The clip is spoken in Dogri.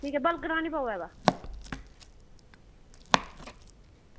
ठीक ऐ बलगना निं पवै बा